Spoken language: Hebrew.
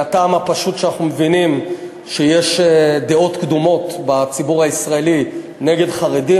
מהטעם הפשוט שאנחנו מבינים שיש דעות קדומות בציבור הישראלי נגד חרדים.